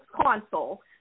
console